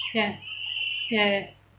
ya ya ya